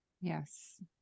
yes